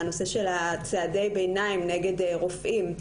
זה הנושא של צעדי הביניים נגד רופאים.